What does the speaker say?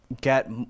get